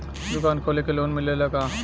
दुकान खोले के लोन मिलेला का?